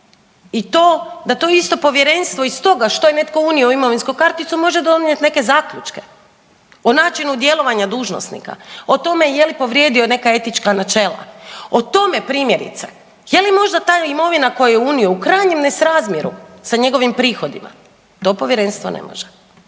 i to da to isto Povjerenstvo iz toga što je netko unio u imovinsku karticu može donijeti neke zaključke o načinu djelovanja dužnosnika, o tome je li povrijedio neka etička načela, o tome primjerice je li možda ta imovina koju je unio u krajnjem nesrazmjeru sa njegovim prihodima to Povjerenstvo ne može.